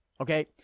Okay